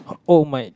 oh my